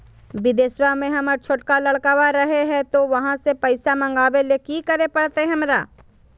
बिदेशवा में हमर छोटका लडकवा रहे हय तो वहाँ से पैसा मगाबे ले कि करे परते हमरा?